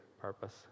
purpose